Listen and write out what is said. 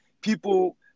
people